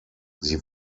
sie